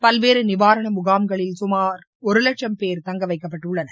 பல்வேறு நிவாரண முகாம்களில் சுமார் ஒரு இலட்சம் பேர் தங்க வைக்கப்பட்டுள்ளனர்